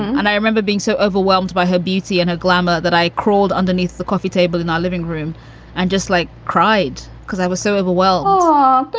and i remember being so overwhelmed by her beauty and her glamour that i crawled underneath the coffee table in our living room and just, like, cried because i was so overwhelmed. oh,